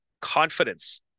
confidence